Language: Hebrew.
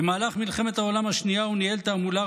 במהלך מלחמת העולם השנייה הוא ניהל תעמולה